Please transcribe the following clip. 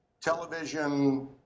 television